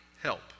help